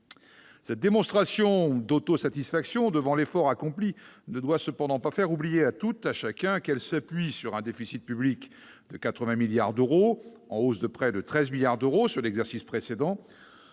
Cette démonstration d'autosatisfaction devant l'effort accompli ne doit cependant pas faire oublier à tout un chacun qu'elle s'appuie sur un déficit public de 80 milliards d'euros, en hausse de près de 13 milliards d'euros par rapport à l'exercice précédent,